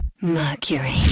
Mercury